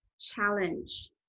challenge